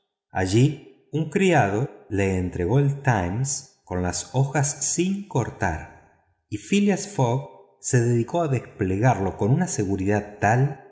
allí un criado le entregó el times con las hojas sin cortar y phileas fogg se dedicó a desplegarlo con una seguridad tal